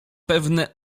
pewne